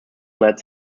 led